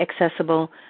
accessible